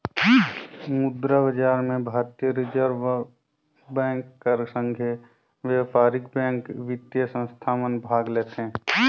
मुद्रा बजार में भारतीय रिजर्व बेंक कर संघे बयपारिक बेंक, बित्तीय संस्था मन भाग लेथें